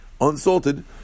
unsalted